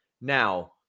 now